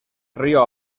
río